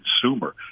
consumer